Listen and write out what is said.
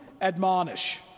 admonish